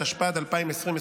התשפ"ד 2024,